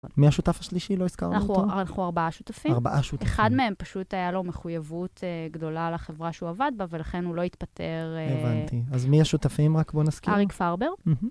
מי השותף השלישי? לא הזכרנו אותו? אנחנו ארבעה שותפים. ארבעה שותפים. אחד מהם פשוט היה לו מחויבות גדולה לחברה שהוא עבד בה, ולכן הוא לא התפטר. הבנתי. אז מי השותפים? רק בואי נזכיר. אריק פרבר.